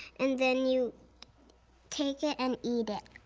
and then you take it and eat it.